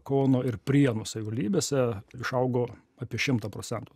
kauno ir prienų savivaldybėse išaugo apie šimtą procentų